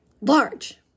Large